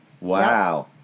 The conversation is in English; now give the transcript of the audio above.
Wow